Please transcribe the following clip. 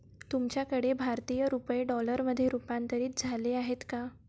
तुमच्याकडे भारतीय रुपये डॉलरमध्ये रूपांतरित झाले आहेत का?